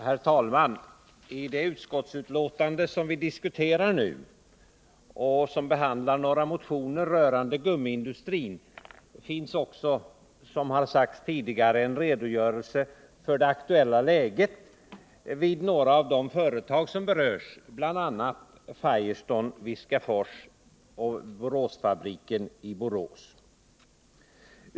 Herr talman! I det utskottsbetänkande som vi nu diskuterar och där det behandlas några motioner rörande gummiindustrin finns det också, vilket framhållits tidigare, en redogörelse för det aktuella läget vid några av de berörda företagen, bl.a. Firestone-Viskafors och Firestone i Borås.